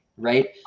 right